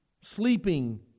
Sleeping